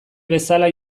bezala